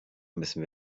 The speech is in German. müssen